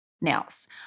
Nails